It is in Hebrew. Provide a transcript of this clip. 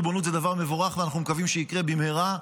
ריבונות זה דבר מבורך ואנחנו מקווים שיקרה במהרה,